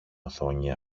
οθόνη